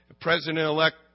President-elect